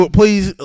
please